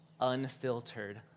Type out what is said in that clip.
unfiltered